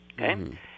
Okay